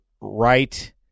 right